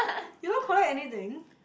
you don't collect anything